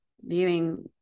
viewing